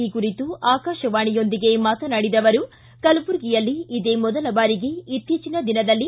ಈ ಕುರಿತು ಆಕಾಶವಾಣಿಯೊಂದಿಗೆ ಮಾತನಾಡಿದ ಅವರು ಕಲಬುರಗಿಯಲ್ಲಿ ಇದೇ ಮೊದಲ ಬಾರಿಗೆ ಇತ್ತೀಚಿನ ದಿನದಲ್ಲಿ